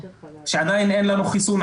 שעדיין אין לנו חיסון,